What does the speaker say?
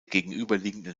gegenüberliegenden